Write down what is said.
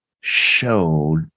showed